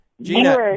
Gina